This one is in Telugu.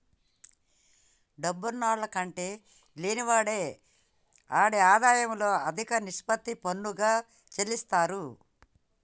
డబ్బున్నాల్ల కంటే లేనివాడే ఆడి ఆదాయంలో అదిక నిష్పత్తి పన్నుగా సెల్లిత్తారు